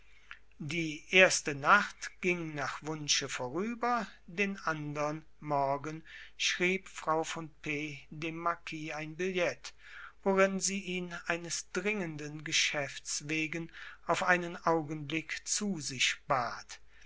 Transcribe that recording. die erste nacht ging nach wunsche vorüber den andern morgen schrieb frau von p dem marquis ein billet worin sie ihn eines dringenden geschäfts wegen auf einen augenblick zu sich bat